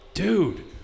Dude